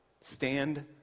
stand